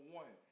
one